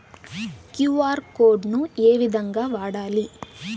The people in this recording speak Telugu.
క్యు.ఆర్ కోడ్ ను ఏ విధంగా వాడాలి?